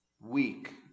weak